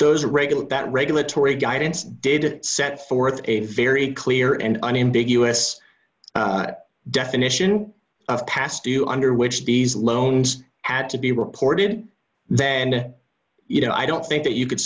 those regulate that regulatory guidance didn't set forth a very clear and unambiguous definition of past you under which these loans had to be reported then you know i don't think that you could